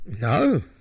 No